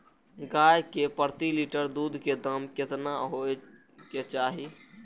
गाय के प्रति लीटर दूध के दाम केतना होय के चाही?